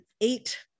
eight